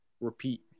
repeat